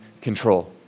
control